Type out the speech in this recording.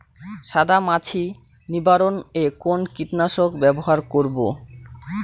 সাদা মাছি নিবারণ এ কোন কীটনাশক ব্যবহার করব?